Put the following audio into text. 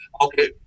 Okay